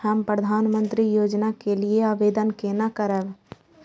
हम प्रधानमंत्री योजना के लिये आवेदन केना करब?